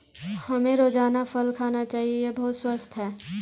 हमें रोजाना फल खाना चाहिए, यह बहुत स्वस्थ है